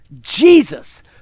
Jesus